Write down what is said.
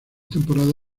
temporadas